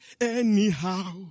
Anyhow